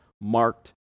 marked